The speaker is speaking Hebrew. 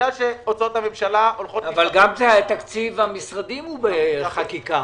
שהוצאות הממשלה הולכות --- אבל גם תקציב המשרדים הוא בחקיקה,